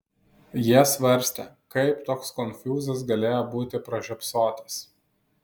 jie svarstė kaip toks konfūzas galėjo būti pražiopsotas